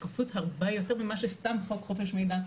שקיפות הרבה יותר ממה שסתם חוק חופש מידע,